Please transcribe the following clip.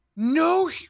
No